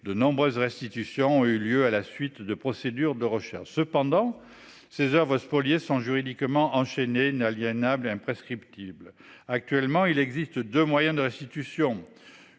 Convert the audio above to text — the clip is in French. De nombreuses institutions ont eu lieu à la suite de procédures de recherche cependant ces heures va spolier sont juridiquement enchaîné n'aliène imprescriptibles. Actuellement il existe 2 moyens de restitution.